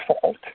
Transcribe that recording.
fault